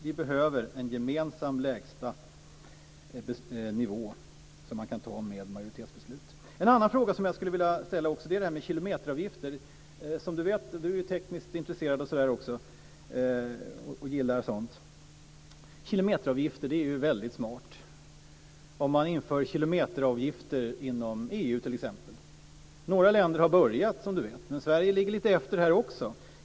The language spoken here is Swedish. Vi behöver en gemensam lägsta nivå som kan sättas med majoritetsbeslut. En annan fråga gäller kilometeravgiften. Björn Rosengren är tekniskt intresserad. Kilometeravgifter är väldigt smart. Man inför kilometeravgifter inom t.ex. EU. Några länder har börjat, som Björn Rosengren vet. Men Sverige ligger lite efter här också.